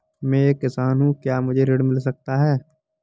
मैं एक किसान हूँ क्या मुझे ऋण मिल सकता है?